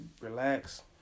relax